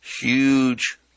huge